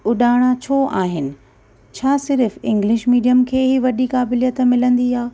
उॾाणा छो आहिनि छा सिर्फ़ु इंग्लिश मिडियम खे ई वॾी क़ाबिल्यत मिलंदी आहे